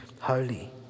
holy